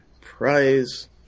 Prize